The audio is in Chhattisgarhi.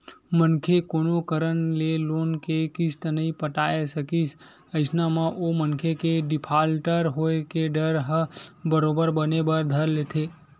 मनखे कोनो कारन ले लोन के किस्ती नइ पटाय सकिस अइसन म ओ मनखे के डिफाल्टर होय के डर ह बरोबर बने बर धर लेथे